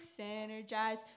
synergize